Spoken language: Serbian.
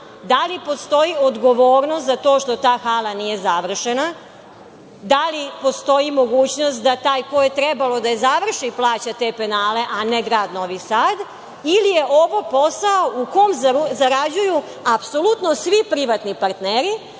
Da li postoji odgovornost za to što ta hala nije završena? Da li postoji mogućnost da taj koji je trebao da završi plaća te penale, a ne grad Novi Sad, ili je ovo posao u kom zarađuju apsolutno svi privatni partneri,